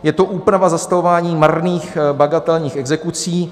Je to úprava zastavování marných bagatelních exekucí.